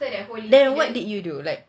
then what did you do